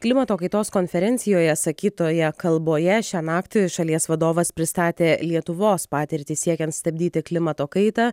klimato kaitos konferencijoje sakytoje kalboje šią naktį šalies vadovas pristatė lietuvos patirtį siekiant stabdyti klimato kaitą